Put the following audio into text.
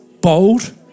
bold